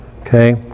Okay